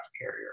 carrier